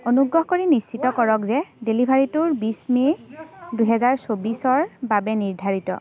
অনুগ্ৰহ কৰি নিশ্চিত কৰক যে ডেলিভাৰীটো বিছ মে' দুহেজাৰ চৌবিছৰ বাবে নিৰ্ধাৰিত